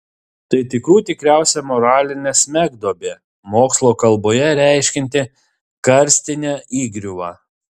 tai tikrų tikriausia moralinė smegduobė mokslo kalboje reiškianti karstinę įgriuvą